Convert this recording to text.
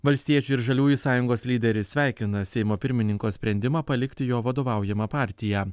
valstiečių ir žaliųjų sąjungos lyderis sveikina seimo pirmininko sprendimą palikti jo vadovaujamą partiją